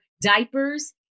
diapers